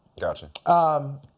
Gotcha